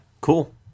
cool